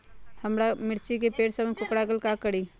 हमारा मिर्ची के पेड़ सब कोकरा गेल का करी?